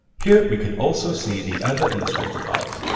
here, we can also see the other illustrator files.